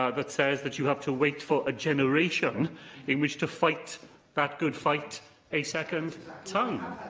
ah that says that you have to wait for a generation in which to fight that good fight a second time,